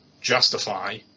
justify